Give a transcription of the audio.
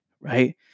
Right